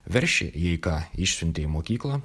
veršį jei ką išsiuntė į mokyklą